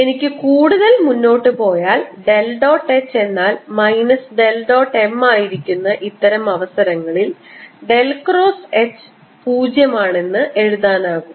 എനിക്ക് കൂടുതൽ മുന്നോട്ടു പോയാൽ ഡെൽ ഡോട്ട് H എന്നാൽ മൈനസ് ഡെൽ ഡോട്ട് M ആയിരിക്കുന്ന ഇത്തരം അവസരങ്ങളിൽ ഡെൽ ക്രോസ് H 0 ആണെന്ന് എഴുതാൻ ആകും